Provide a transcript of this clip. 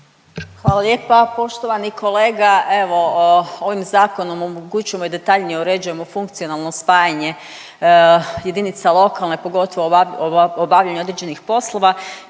Hvala lijepa. Poštovani kolega, evo ovim zakonom omogućujemo i detaljnije uređujemo funkcionalno spajanje jedinica lokalne pogotovo obavljanje određenih poslova